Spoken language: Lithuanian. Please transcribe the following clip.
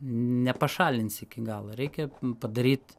nepašalinsi iki galo reikia padaryt